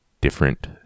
different